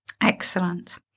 Excellent